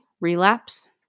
relapse